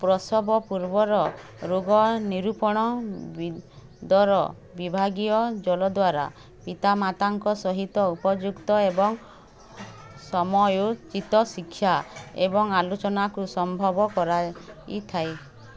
ପ୍ରସବ ପୂର୍ବର ରୋଗ ନିରୂପଣ ବିଦର ବିଭାଗୀୟ ଦଳ ଦ୍ୱାରା ପିତାମାତାଙ୍କ ସହିତ ଉପଯୁକ୍ତ ଏବଂ ସମୟୋଚିତ ଶିକ୍ଷା ଏବଂ ଆଲୋଚନାକୁ ସମ୍ଭବ କରାଇଥାଏ